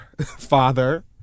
father